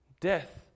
death